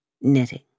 knitting